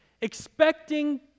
expecting